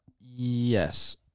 Yes